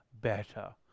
better